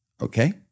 Okay